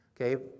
Okay